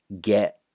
get